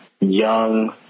young